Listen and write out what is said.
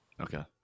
Okay